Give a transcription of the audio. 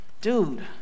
dude